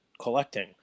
collecting